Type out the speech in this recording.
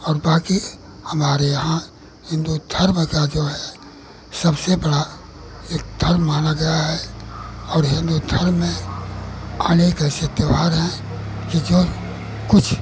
और बाक़ी हमारे यहाँ हिन्दू धर्म का जो है सबसे बड़ा एक धर्म माना गया है और हिन्दू धर्म में अनेक ऐसे त्यौहार हैं कि जो कुछ